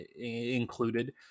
included